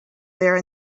there